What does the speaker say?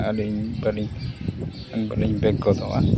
ᱟᱹᱞᱤᱧ ᱵᱟᱹᱞᱤᱧ ᱛᱟᱦᱮᱱᱟ ᱮᱱᱠᱷᱟᱱ ᱵᱟᱹᱞᱤᱧ ᱜᱚᱫᱚᱜᱼᱟ